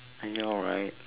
are you alright